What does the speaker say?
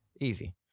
Easy